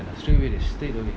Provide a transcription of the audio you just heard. can ah can ah